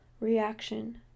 reaction